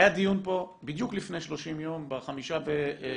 היה דיון פה בדיוק לפני 30 יום, ב-5 בנובמבר.